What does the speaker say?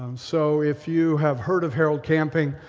um so if you have heard of harold camping,